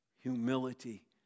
humility